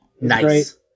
Nice